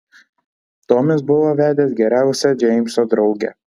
tomis buvo vedęs geriausią džeimso draugę